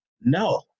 no